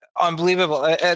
unbelievable